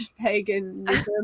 paganism